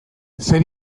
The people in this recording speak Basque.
zer